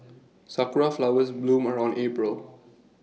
Sakura Flowers bloom around April